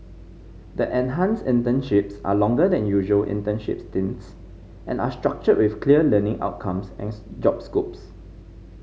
the enhanced internships are longer than usual internship stints and are structured with clear learning outcomes and job scopes